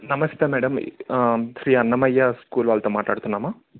నమస్తే madam Sri Annamayya school వాళ్ళతో మాట్లాడుతున్నానా